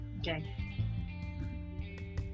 Okay